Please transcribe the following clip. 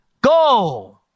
go